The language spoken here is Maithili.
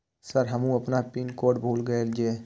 सर हमू अपना पीन कोड भूल गेल जीये?